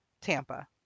Tampa